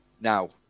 Now